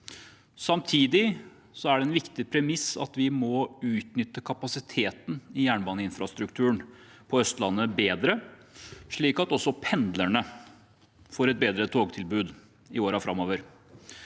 Samtidig er det en viktig premiss at vi må utnytte kapasiteten i jernbaneinfrastrukturen på Østlandet bedre, slik at også pendlerne får et bedre togtilbud i årene framover.